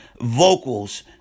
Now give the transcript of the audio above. vocals